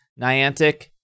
Niantic